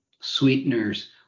sweeteners